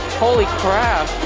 holy crap!